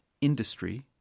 industry